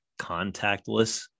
Contactless